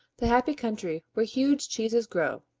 the happy country where huge cheeses grow.